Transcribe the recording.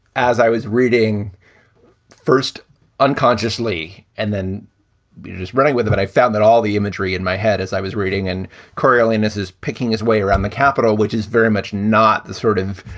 as i was reading first unconsciously and then just running with it, but i found that all the imagery in my head as i was reading and coriolanus is picking his way around the capital, which is very much not the sort of,